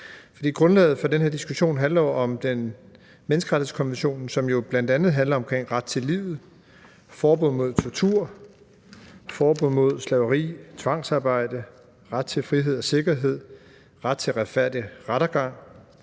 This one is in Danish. Grundlaget for den her diskussion handler jo om menneskerettighedskonventionen, som bl.a. handler om ret til livet, forbud mod tortur, forbud mod slaveri, tvangsarbejde, ret til frihed og sikkerhed, ret til retfærdig rettergang,